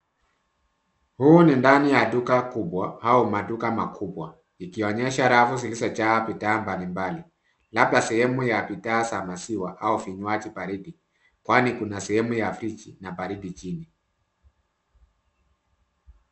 Hii ni ndani ya duka kubwa au maduka makubwa. Rafu zimepangwa kwa uangalifu na bidhaa zimeweka kwa utaratibu. Sehemu za duka hazijasababisha mchanganyiko au uchafuzi. Kuna sehemu za bidhaa za baridi na sehemu nyingine za chakula cha kawaida.